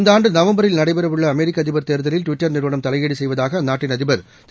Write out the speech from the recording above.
இந்த ஆண்டு நவம்பரில் நடைபெற உள்ள அமெரிக்க அதிபர் தோதலில் டுவிட்டர் நிறுவனம் தலையீடு செய்வதாக அந்நாட்டின் அதிபர் திரு